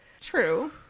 True